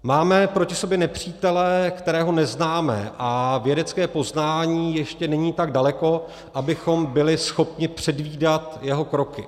Máme proti sobě nepřítele, kterého neznáme, a vědecké poznání ještě není tak daleko, abychom byli schopni předvídat jeho kroky.